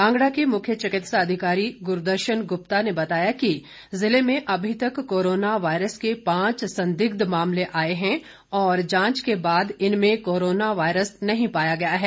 कांगड़ा के मुख्य चिकित्सा अधिकारी गुरदर्शन गुप्ता ने बताया कि जिले में अभी तक कोरोना वायरस के पांच संदिग्ध मामले आए हैं और जांच के बाद इनमें कोरोना वायरस नहीं पाया गया है